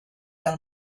del